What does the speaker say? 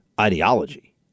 ideology